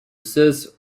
cis